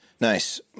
nice